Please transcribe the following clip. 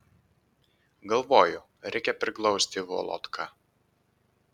galvoju reikia priglausti volodką